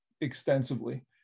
extensively